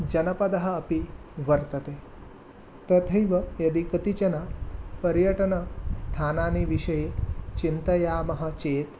जनपदः अपि वर्तते तथैव यदि कानिचन पर्यटनस्थानानि विषये चिन्तयामः चेत्